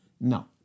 No